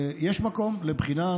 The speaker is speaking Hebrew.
שיש מקום לבחינה.